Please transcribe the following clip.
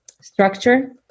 structure